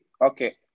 Okay